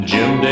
Jim